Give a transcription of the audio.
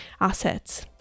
assets